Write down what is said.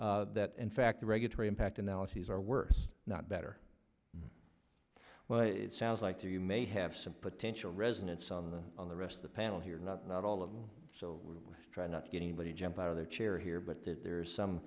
that in fact the regulatory impact analyses are worse not better well it sounds like to you may have some potential resonance on the on the rest of the panel here not not all of them so we try not to get anybody jump out of their chair here but that there are some